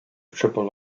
triple